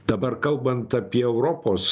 dabar kalbant apie europos